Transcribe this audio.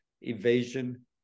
evasion